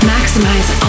Maximize